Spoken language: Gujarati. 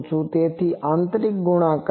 તેથી આ આંતરિક ગુણાકાર છે